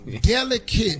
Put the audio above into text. delicate